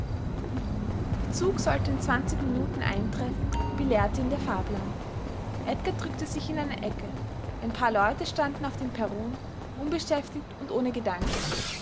der zug sollte in zwanzig minuten eintreffen belehrte ihn der fahrplan edgar drückte sich in eine ecke ein paar leute standen auf dem perron unbeschäftigt und ohne gedanken